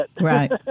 Right